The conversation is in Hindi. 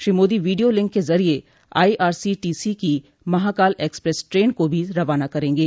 श्री मोदी वीडियो लिंक के जरिए आईआरसीटीसी की महाकाल एक्सप्रेस ट्रेन को भी रवाना करेंगे